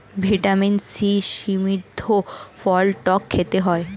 vitamin C সমৃদ্ধ ফল টক খেতে হয়